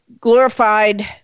glorified